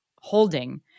holding